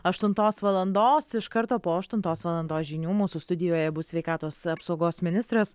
aštuntos valandos iš karto po aštuntos valandos žinių mūsų studijoje bus sveikatos apsaugos ministras